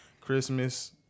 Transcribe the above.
christmas